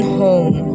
home